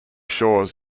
shores